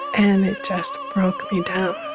and it just broke you down